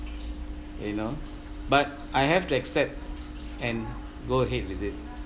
you know but I have to accept and go ahead with it